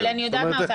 אבל אני יודעת מה,